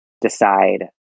decide